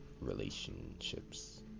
relationships